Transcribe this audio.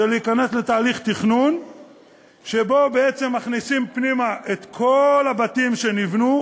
זה להיכנס לתהליך תכנון שבו בעצם מכניסים פנימה את כל הבתים שנבנו,